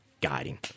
guiding